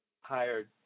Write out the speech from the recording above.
hired